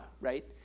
right